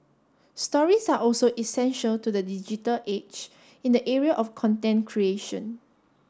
stories are also essential to the digital age in the area of content creation